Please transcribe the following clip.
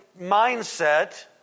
mindset